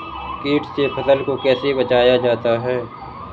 कीट से फसल को कैसे बचाया जाता हैं?